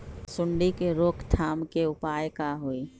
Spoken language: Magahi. सूंडी के रोक थाम के उपाय का होई?